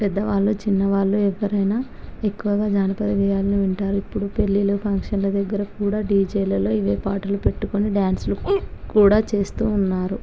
పెద్దవాళ్ళు చిన్నవాళ్ళు ఎవ్వరైనా ఎక్కువగా జానపద గేయాలను వింటారు ఇప్పుడు పెళ్లిళ్లు ఫంక్షన్ల దగ్గర కూడా డిజెలలో ఇవే పాటలు పెట్టుకుని డాన్స్లు కూడా చేస్తూ ఉన్నారు